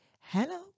Hello